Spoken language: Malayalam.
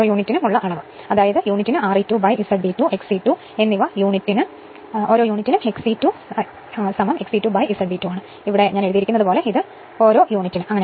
അതിനാൽ യൂണിറ്റിന് Re2 Z B 2 XE2 എന്നിവ യൂണിറ്റിന് XE2 XE2 Z B 2 ആണ് ഞാൻ ഇവിടെ എഴുതിയതുപോലെ ഇത് ഒരു യൂണിറ്റിന്